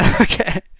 Okay